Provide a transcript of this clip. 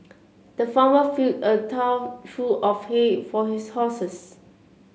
the farmer filled a trough full of hay for his horses